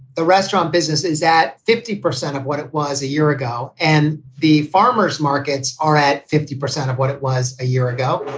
the restaurant business is at fifty percent of what it was a year ago. and the farmer's markets are at fifty percent of what it was a year ago,